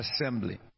assembly